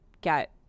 get